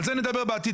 על זה נדבר בעתיד,